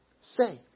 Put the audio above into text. say